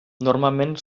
normalment